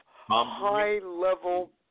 high-level